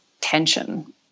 tension